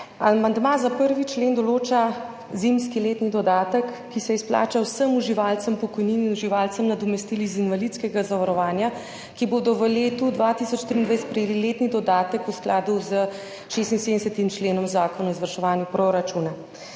Amandma za prvi člen določa zimski letni dodatek, ki se izplača vsem uživalcem pokojnin in uživalcem nadomestil iz invalidskega zavarovanja, ki bodo v letu 2023 prejeli letni dodatek v skladu s 76. členom Zakona o izvrševanju proračuna.